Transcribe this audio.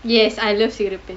yes I love cigarette pants